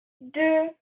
deux